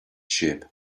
shape